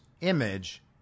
image